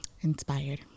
Inspired